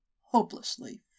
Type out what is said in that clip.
hopelessly